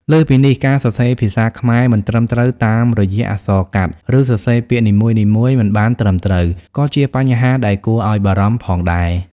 លើសពីនេះ ការសរសេរភាសាខ្មែរមិនត្រឹមត្រូវតាមរយៈអក្សរកាត់ ឬសរសេរពាក្យនីមួយៗមិនបានត្រឹមត្រូវ ក៏ជាបញ្ហាដែលគួរឱ្យបារម្ភផងដែរ។